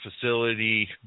facility